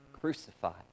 crucified